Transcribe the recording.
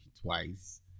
twice